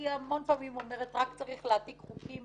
אני המון פעמים אומרת שרק צריך להעתיק חוקים